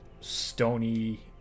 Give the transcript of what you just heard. stony